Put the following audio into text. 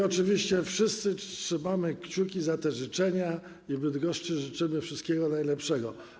Oczywiście wszyscy trzymamy kciuki za te życzenia i Bydgoszczy życzymy wszystkiego najlepszego.